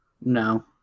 No